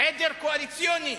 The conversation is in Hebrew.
עדר קואליציוני,